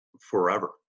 forever